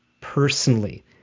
personally